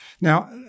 Now